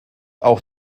auch